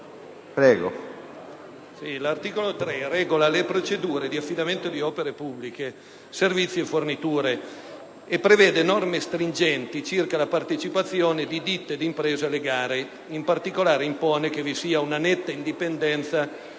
l'articolo 3 regola le procedure di affidamento di opere pubbliche, servizi e forniture e prevede norme stringenti circa la partecipazione di ditte e di imprese alle gare. In particolare, impone che vi sia una netta indipendenza